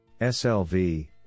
SLV